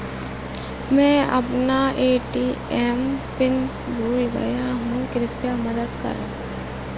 मैं अपना ATM pin भूल गया हूँ, कृपया मदद करें